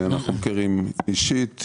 אנחנו מכירים אישית,